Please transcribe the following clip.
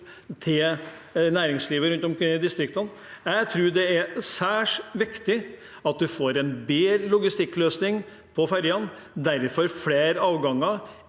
for næringslivet rundt omkring i distriktene. Jeg tror det er særs viktig at en får en bedre logistikkløsning på ferjene, der en får flere avganger.